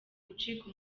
gucika